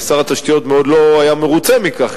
ושר התשתיות מאוד לא היה מרוצה מכך,